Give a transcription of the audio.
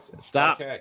Stop